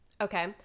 Okay